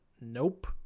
Nope